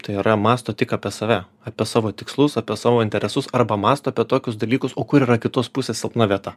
tai yra mąsto tik apie save apie savo tikslus apie savo interesus arba mąsto apie tokius dalykus o kur yra kitos pusės silpna vieta